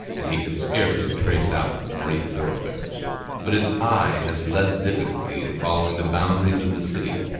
and he can scarcely trace out the great thoroughfares but his eye has less difficulty in following the boundaries of the city,